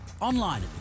Online